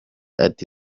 ati